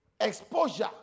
exposure